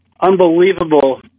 unbelievable